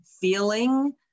feeling